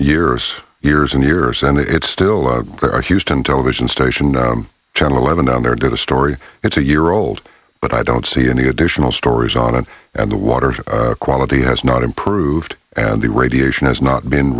years years and years and it's still there a houston television station channel eleven down there did a story it's a year old but i don't see any additional stories on it and the water quality has not improved and the radiation has not been